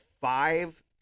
five